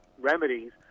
remedies